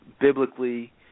Biblically